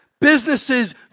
Businesses